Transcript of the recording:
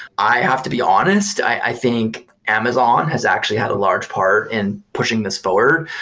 i have to be honest, i think amazon has actually had a large part in pushing this forward.